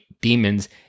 demons